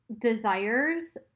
desires